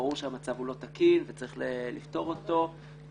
ברור שהמצב הוא לא תקין וצריך לפתור אותו.